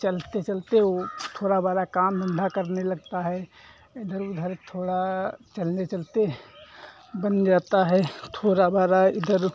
चलते चलते वो थोड़ा बाड़ा काम धंधा करने लगता है इधर उधर थोड़ा चलने चलते बन जाता है थोड़ा बाड़ा इधर